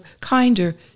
kinder